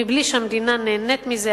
מבלי שהמדינה נהנית מזה,